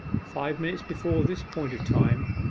five minutes before this point of time,